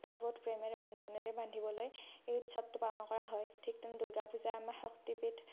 বোধ প্ৰেমেৰে বান্ধোনেৰে বান্ধিবলৈ এই উৎসৱটো পালন কৰা হয় ঠিক তেনেদৰে দুৰ্গা পূজা আমাৰ শক্তিপীঠ